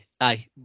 Aye